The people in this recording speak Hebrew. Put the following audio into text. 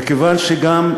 מכיוון שגם,